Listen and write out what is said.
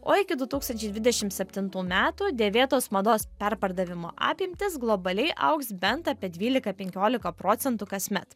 o iki du tūkstančiai dvidešim septintų metų dėvėtos mados perpardavimo apimtys globaliai augs bent apie dvylika penkiolika procentų kasmet